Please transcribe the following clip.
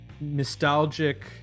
nostalgic